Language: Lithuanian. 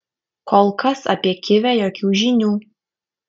kol kas apie kivę jokių žinių